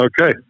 Okay